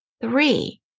Three